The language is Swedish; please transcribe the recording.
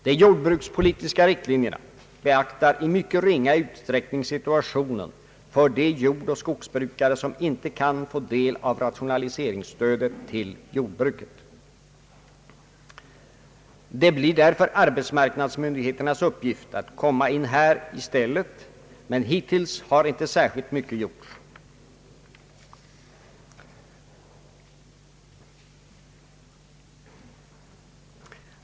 De jordbrukspolitiska riktlinjerna beaktar i mycket ringa utsträckning situationen för de jordoch skogsbrukare som inte kan få del av rationaliseringsstödet till jordbruket. Det blir därför arbetsmarknadsmyndigheternas uppgift att komma in här i stället, men hittills har inte särskilt mycket gjorts.